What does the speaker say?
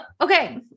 Okay